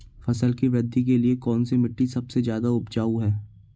फसल की वृद्धि के लिए कौनसी मिट्टी सबसे ज्यादा उपजाऊ है?